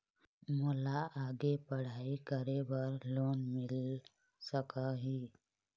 मोला आगे पढ़ई करे बर लोन मिल सकही?